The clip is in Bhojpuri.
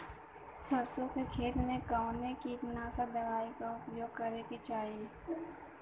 सरसों के खेत में कवने कीटनाशक दवाई क उपयोग करे के चाही?